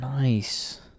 Nice